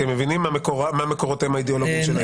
כי הם מבינים מה מקורותיהם האידיאולוגיים.